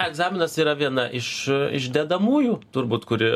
egzaminas yra viena iš iš dedamųjų turbūt kuri